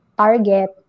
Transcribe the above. target